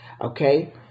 okay